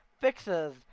fixes